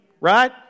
Right